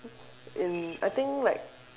in I think like